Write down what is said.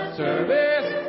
service